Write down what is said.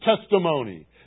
testimony